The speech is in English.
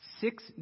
six